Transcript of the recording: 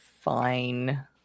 fine